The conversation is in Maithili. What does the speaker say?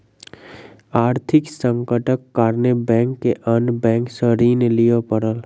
आर्थिक संकटक कारणेँ बैंक के अन्य बैंक सॅ ऋण लिअ पड़ल